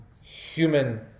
Human